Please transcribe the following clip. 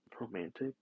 romantic